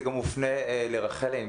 זה גם מופנה לרחלי,